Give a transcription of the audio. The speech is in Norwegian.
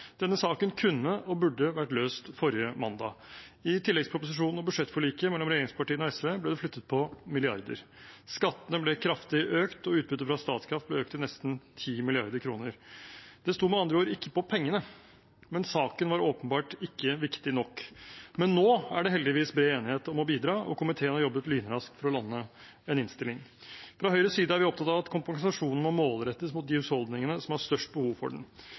Denne saken kunne og burde vært løst forrige mandag. I tilleggsproposisjonen og budsjettforliket mellom regjeringspartiene og SV ble det flyttet på milliarder. Skattene ble kraftig økt, og utbyttet fra Statkraft ble økt til nesten 10 mrd. kr. Det sto med andre ord ikke på pengene, men saken var åpenbart ikke viktig nok. Nå er det heldigvis bred enighet om å bidra, og komiteen har jobbet lynraskt for å lande en innstilling. Fra Høyres side er vi opptatt av at kompensasjonen må målrettes mot de husholdningene som har størst behov for den.